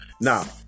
Now